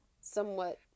somewhat